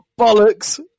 bollocks